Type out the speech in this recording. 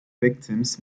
victims